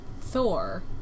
Thor